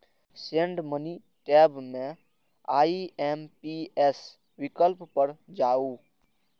send money tab मे IMPS विकल्प पर जाउ